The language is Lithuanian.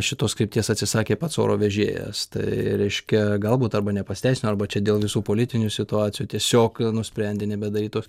šitos krypties atsisakė pats oro vežėjas tai reiškia galbūt arba nepasiteisino arba čia dėl visų politinių situacijų tiesiog nusprendė nebedaryt tų